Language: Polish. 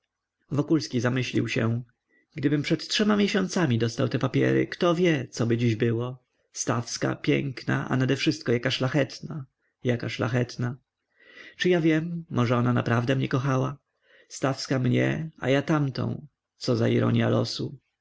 algierze wokulski zamyślił się gdybym przed trzema miesiącami dostał te papiery kto wie coby dziś było stawska piękna a nadewszystko jaka szlachetna jaka szlachetna czy ja wiem może ona naprawdę mnie kochała stawska mnie a ja tamtą co za ironia losu